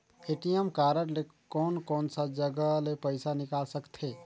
ATM card ले कोन कोन सा जगह ले पइसा निकाल सकथे?